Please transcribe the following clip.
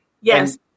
Yes